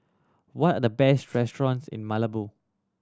what are the best restaurants in Malabo